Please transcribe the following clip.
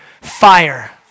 fire